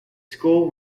school